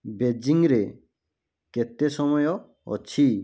ବେଜିଂରେ କେତେ ସମୟ ଅଛି